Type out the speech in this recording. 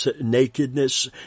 nakedness